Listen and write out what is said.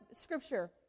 scripture